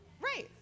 Right